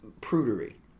prudery